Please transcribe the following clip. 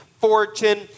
fortune